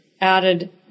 added